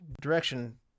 direction